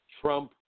Trump